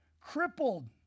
crippled